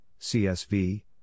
CSV